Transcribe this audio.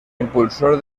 impulsor